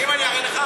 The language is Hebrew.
ואם אני אראה לך?